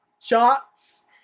shots